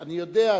אני יודע,